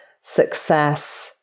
Success